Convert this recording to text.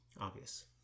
Obvious